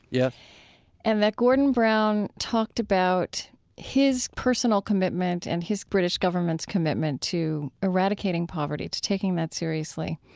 yeah and that gordon brown talked about his personal commitment and his british government's commitment to eradicating poverty, to taking that seriously.